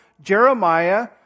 Jeremiah